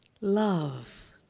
Love